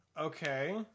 Okay